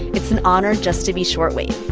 it's an honor just to be short wave